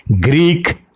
Greek